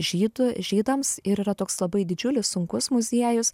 žydų žydams ir yra toks labai didžiulis sunkus muziejus